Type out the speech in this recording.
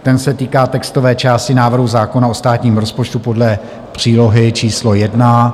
Ten se týká textové části návrhu zákona o státním rozpočtu podle přílohy číslo 1.